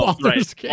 Right